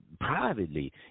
privately